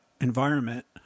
environment